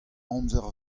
amzer